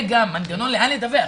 וגם מנגנון לאן דיווח,